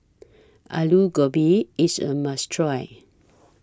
Aloo Gobi IS A must Try